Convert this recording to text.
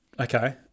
Okay